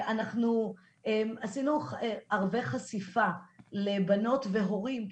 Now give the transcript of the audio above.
אנחנו עשינו גם ערבי חשיפה לבנות והורים,